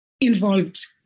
involved